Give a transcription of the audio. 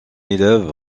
élève